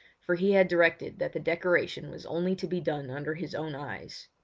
for he had directed that the decoration was only to be done under his own eyes.